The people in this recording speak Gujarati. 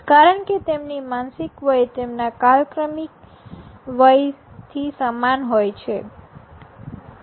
કારણ કે તેમની માનસિક વય તેમના કાલક્રમિક સમાન હોય છે